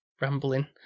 rambling